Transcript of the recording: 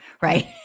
right